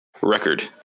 record